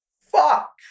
fuck